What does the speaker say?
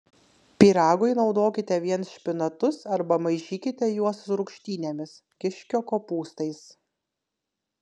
pyragui naudokite vien špinatus arba maišykite juos su rūgštynėmis kiškio kopūstais